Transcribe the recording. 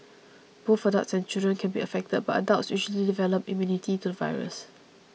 both adults and children can be affected but adults usually develop immunity to the virus